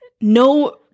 No –